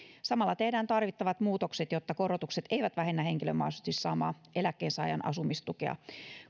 samalla tehdään tarvittavat muutokset jotta korotukset eivät vähennä henkilön mahdollisesti saamaa eläkkeensaajan asumistukea